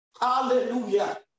Hallelujah